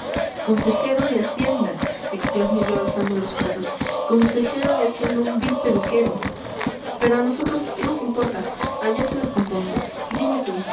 consejero de hacienda exclamé yo alzando los brazos consejero de hacienda un vil peluquero pero a nosotros qué nos importa allá se las compongan dime tú